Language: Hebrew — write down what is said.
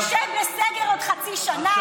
נשב בסגר עוד חצי שנה.